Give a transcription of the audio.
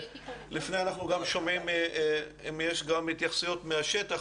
אנחנו גם נשמע אם יש התייחסויות מהשטח,